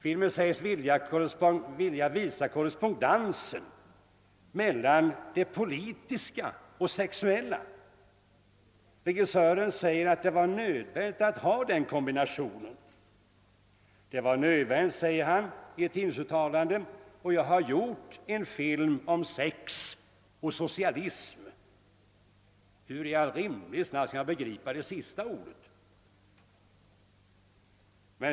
Filmen säges vilja visa korrespondensen mellan det politiska och det sexuella. Regissören säger i ett tidningsuttalande, att det var nödvändigt att ha den kombinationen, »jag har gjort en film om sex och socialism». Hur i all världen skall man begripa detta uttalande?